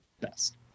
best